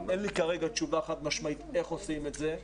אין לי כרגע תשובה חד משמעית איך עושים את זה.